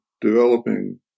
developing